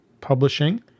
publishing